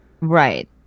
right